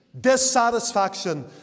dissatisfaction